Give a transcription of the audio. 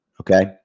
Okay